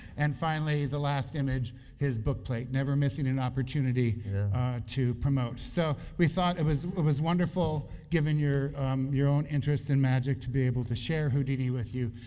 and finally, the last image, his bookplate, never missing an opportunity to promote. so, we thought that it was was wonderful given your your own interest in magic to be able to share houdini with you,